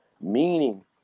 meaning